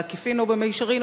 בעקיפין או במישרין,